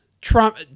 Trump